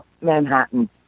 Manhattan